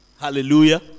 Hallelujah